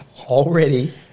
already